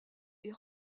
est